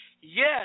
yes